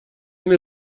این